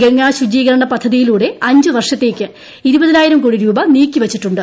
ഗംഗാ ശുചീകരണ പദ്ധതിയിലൂടെ അഞ്ച് വർഷത്തേക്ക് ഇരുപതിനായിരം കോടി രൂപ നീക്കി വച്ചിട്ടുണ്ട്